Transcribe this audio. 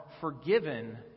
forgiven